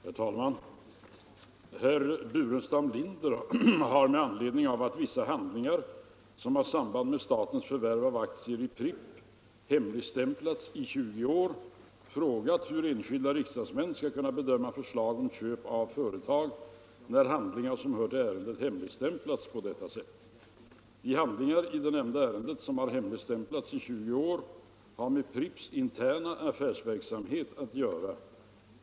Herr talman! Herr Burenstam Linder har med anledning av att vissa handlingar, som har samband med statens förvärv av aktier i Pripps, hemligstämplats i 20 år frågat hur enskilda riksdagsmän skall kunna bedöma förslag om köp av företag när handlingar som hör till ärendet hemligstämplats på detta sätt. De handlingar i det nämnda ärendet som har hemligstämplats i 20 år har med Pripps interna affärsverksamhet att göra.